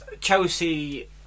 Chelsea